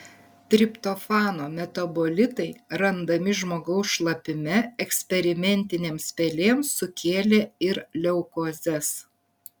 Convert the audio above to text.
triptofano metabolitai randami žmogaus šlapime eksperimentinėms pelėms sukėlė ir leukozes